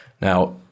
Now